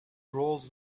roles